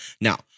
Now